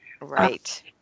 Right